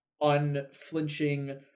unflinching